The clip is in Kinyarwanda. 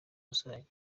rusange